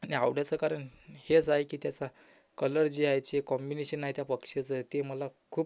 आणि आवडायचं कारण हेच आहे की त्याचा कलर जे आहे जे कॉम्बिनेशन आहे त्या पक्ष्याचं ते मला खूप